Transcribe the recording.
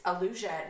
illusion